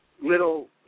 little